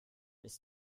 ist